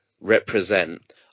represent